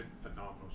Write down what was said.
phenomenal